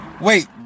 Wait